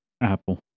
Apple